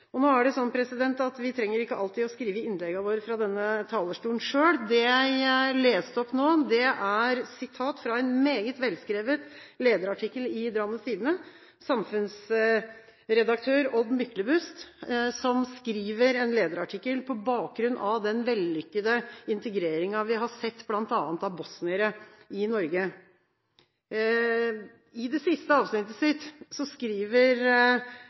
leste nå fra en meget velskrevet lederartikkel i Drammens Tidende. Samfunnsredaktør Odd Myklebust skrev en lederartikkel på bakgrunn av den vellykkede integreringen vi har sett av bl.a. bosniere i Norge. I det siste avsnittet skriver